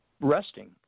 resting –